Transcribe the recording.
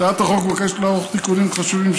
הצעת החוק מבקשת לערוך תיקונים חשובים,